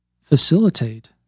facilitate